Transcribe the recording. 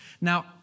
Now